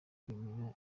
kwemera